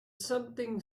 something